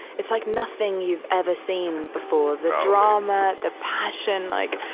it's like nothing you've ever seen before. the drama, the passion, like,